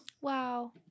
Wow